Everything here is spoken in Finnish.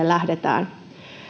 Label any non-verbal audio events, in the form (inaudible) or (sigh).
(unintelligible) lähdetään